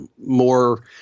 more